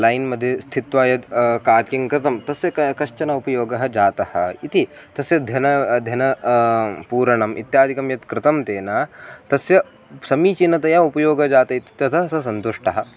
line मध्ये स्थित्वा यद् का किं कृतं तस्य का कश्चन उपयोगः जातः इति तस्य धनं धन पूरणम् इत्यादिकं यत् कृतं तेन तस्य समीचीनतया उपयोगः जातः इत्यतः सः सन्तुष्टः